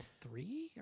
three